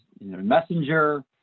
Messenger